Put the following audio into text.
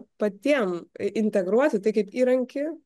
patiem integruoti tai kaip įrankį